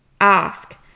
ask